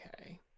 okay